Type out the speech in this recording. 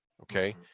Okay